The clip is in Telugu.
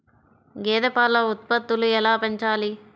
గేదె పాల ఉత్పత్తులు ఎలా పెంచాలి?